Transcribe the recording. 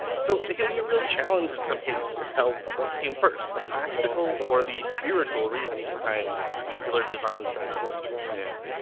so it can be a real challenge in some cases to tell what came first, the practical or the spiritual reasoning behind a particular design strategy yeah.